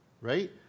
right